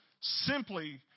simply